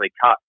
cut